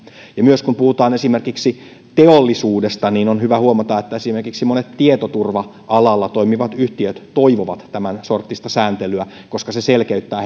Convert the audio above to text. myös kun puhutaan esimerkiksi teollisuudesta niin on hyvä huomata että esimerkiksi monet tietoturva alalla toimivat yhtiöt toivovat tämän sorttista sääntelyä koska se selkeyttää